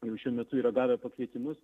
jau šiuo metu yra gavę pakvietimus